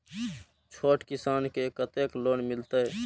छोट किसान के कतेक लोन मिलते?